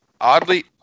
oddly